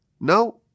no